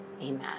amen